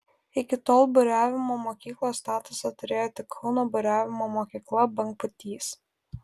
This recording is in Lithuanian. iki tol buriavimo mokyklos statusą turėjo tik kauno buriavimo mokykla bangpūtys